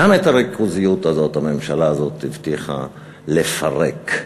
גם את הריכוזיות הזאת הממשלה הזאת הבטיחה לפרק.